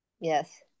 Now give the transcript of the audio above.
Yes